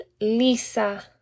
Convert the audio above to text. lisa